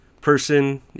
person